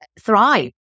thrive